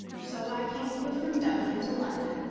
so i came over from dublin to london,